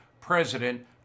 president